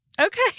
Okay